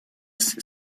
essi